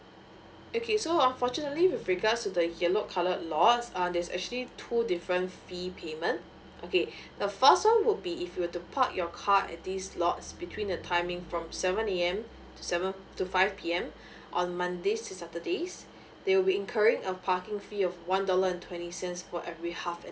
okay so unfortunately with regards to the yellow coloured lots uh there's actually two different fee payment okay the first one would be if you were to park your car in these lots between the timing from seven A M seven to five P M on mondays until saturdays they will be incurring a parking fee of one dollar twenty cents per every half an